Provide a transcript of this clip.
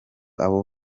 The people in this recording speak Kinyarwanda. abo